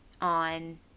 on